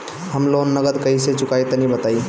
हम लोन नगद कइसे चूकाई तनि बताईं?